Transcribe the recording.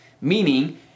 Meaning